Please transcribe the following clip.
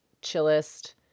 chillest